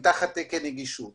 כולן תחת תקן נגישות.